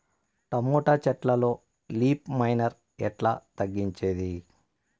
Tomato చెట్లల్లో leaf miner ఎట్లా తగ్గించేది?